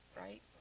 right